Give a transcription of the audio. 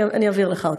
אני אעביר לך אותו.